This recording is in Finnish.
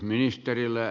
arvoisa puhemies